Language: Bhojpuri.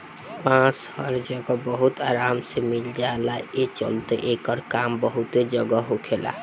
बांस हर जगह बहुत आराम से मिल जाला, ए चलते एकर काम बहुते जगह होखेला